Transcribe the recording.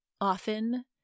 often